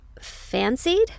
Fancied